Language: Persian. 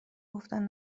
گفتن